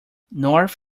north